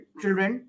children